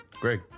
Greg